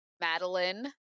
Madeline